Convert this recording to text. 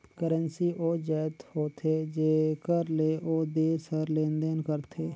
currency ओ जाएत होथे जेकर ले ओ देस हर लेन देन करथे